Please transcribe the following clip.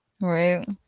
right